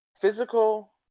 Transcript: physical